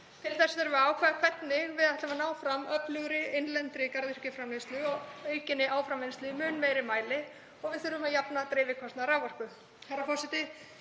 Til þess þurfum við að ákveða hvernig við ætlum að ná fram öflugri innlendri garðyrkjuframleiðslu og aukinni áframvinnslu í mun meira mæli og við þurfum að jafna dreifikostnað raforku.